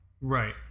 Right